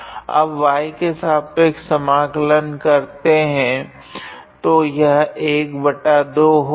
अब हम y के सापेक्ष समाकलन करेगे तथा तब यह 12 होगा